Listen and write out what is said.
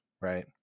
Right